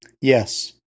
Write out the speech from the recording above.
Yes